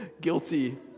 guilty